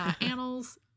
annals